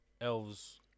Elves